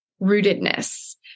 rootedness